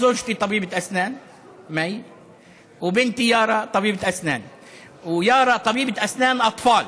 שאשתי מאי היא רופאת שיניים ובתי יארא היא רופאת שיניים לילדים,